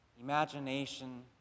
imagination